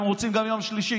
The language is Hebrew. אם הם רוצים גם יום שלישי,